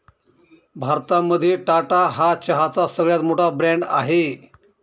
भारतामध्ये टाटा हा चहाचा सगळ्यात मोठा ब्रँड आहे